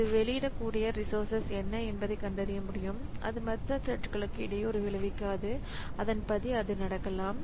அது வெளியிடக்கூடிய ரிசோர்சஸ் என்ன என்பதைக் கண்டறிய முடியும் அது மற்ற த்ரெட்களுக்கு இடையூறு விளைவிக்காது அதன்படி அது நடக்கலாம்